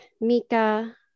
Mika